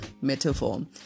metaphor